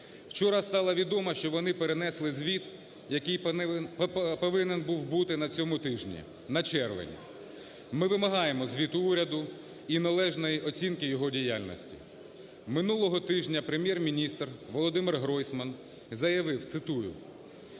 Вчора стало відомо, що вони перенесли звіт, який повинен був бути на цьому тижні, на червень. Ми вимагаємо звіту уряду і належної оцінки його діяльності. Минулого тижня Прем'єр-міністр Володимир Гройсман заявив, цитую: